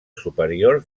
superior